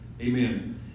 Amen